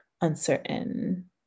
uncertain